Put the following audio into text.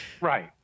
Right